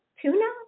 tuna